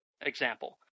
example